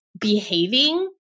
behaving